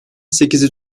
sekizi